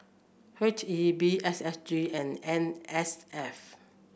H E B S S G and N S F